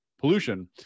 pollution